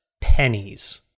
pennies